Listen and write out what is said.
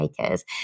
makers